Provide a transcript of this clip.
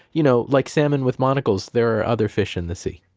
you know, like salmon with monocles there are other fish in the sea